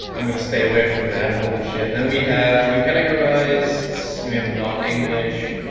i'm going to stay away from that holy shit, and we have and categorized so we have non-english